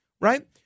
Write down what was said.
right